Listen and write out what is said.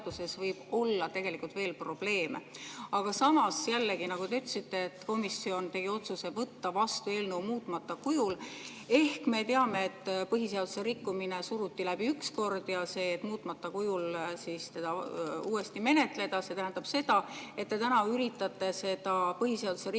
võib olla tegelikult veel probleeme. Aga samas, jällegi, nagu te ütlesite, komisjon tegi otsuse võtta vastu eelnõu muutmata kujul. Ehk me teame, et põhiseaduse rikkumine suruti läbi üks kord ja see, et muutmata kujul seda uuesti menetleda, tähendab seda, et te täna üritate seda põhiseaduse rikkumist